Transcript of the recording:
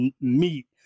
meet